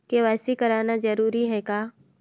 KYC कराना जरूरी है का?